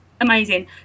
amazing